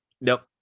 nope